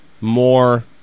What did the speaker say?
more